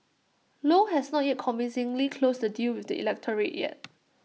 low has not at convincingly closed the deal with the electorate yet